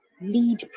lead